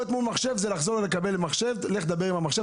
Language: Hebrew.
להיות מול מחשב פירושו לך תדבר עם המחשב,